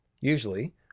Usually